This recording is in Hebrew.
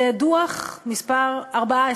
זה דוח מס' 14